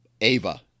Ava